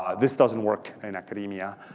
ah this doesn't work in academia.